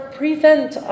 prevent